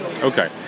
Okay